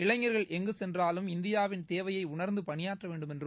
இளைஞர்கள் எங்கு சென்றாலும் இந்தியாவின தேவையை உணர்ந்து பணியாற்றவேண்டும் என்றும்